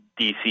DC